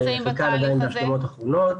אבל חלקן עדיין בהשלמות אחרונות.